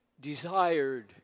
desired